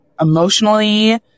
emotionally